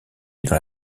dans